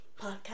podcast